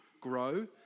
grow